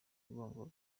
urwango